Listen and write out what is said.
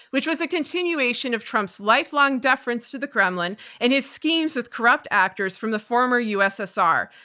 which was a continuation of trump's lifelong deference to the kremlin and his schemes with corrupt actors from the former ussr.